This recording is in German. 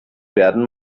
werden